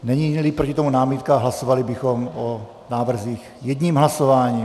Neníli proti tomu námitka, hlasovali bychom o návrzích jedním hlasováním.